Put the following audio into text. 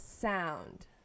sound